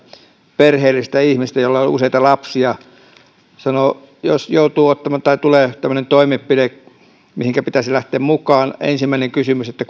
perheellisestä ihmisestä jolla on useita lapsia sanoi että jos tulee tämmöinen toimenpide mihin pitäisi lähteä mukaan niin ensimmäinen kysymys on että